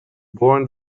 born